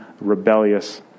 rebellious